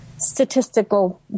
statistical